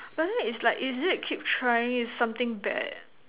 but then is like is it keep trying is something bad